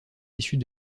issues